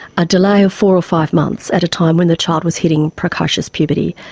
a delay of four or five months at a time when the child was hitting precocious puberty,